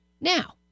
Now